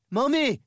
Mommy